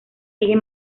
sigue